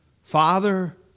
Father